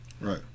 Right